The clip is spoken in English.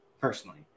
personally